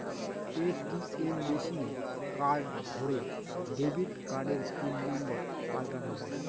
ATM মেশিনে card ভোরে debit কার্ডের পিন নম্বর পাল্টানো যায়